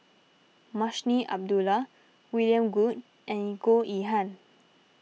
Munshi Abdullah William Goode and Goh Yihan